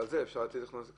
ועל זה אפשר להטיל קנסות.